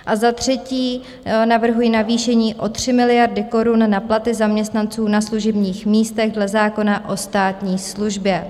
A za třetí navrhuji navýšení o 3 miliardy korun na platy zaměstnanců na služebních místech dle zákona o státní službě.